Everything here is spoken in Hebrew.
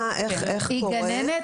היא גננת?